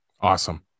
Awesome